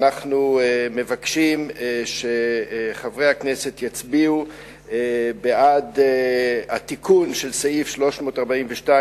אנחנו מבקשים מחברי הכנסת להצביע בעד התיקון של סעיף 342